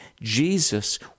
Jesus